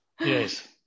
Yes